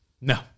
No